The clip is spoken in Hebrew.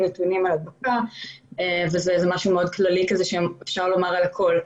נתונים על הדבקה וזה משהו מאוד כללי שאפשר לומר על הכול.